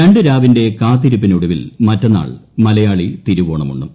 രണ്ട് രാവിന്റെ കാത്തിരിപ്പിനൊടുവിൽ മറ്റന്നാൾ മലയാളി തിരുവോണം ഉണ്ണും